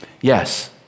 Yes